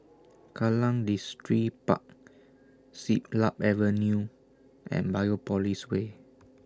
Kallang Distripark Siglap Avenue and Biopolis Way